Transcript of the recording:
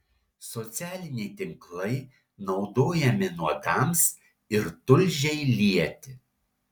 socialiniai tinklai naudojami nuodams ir tulžiai lieti